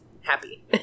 happy